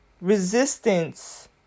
resistance